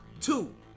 Two